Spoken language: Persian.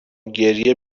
گریه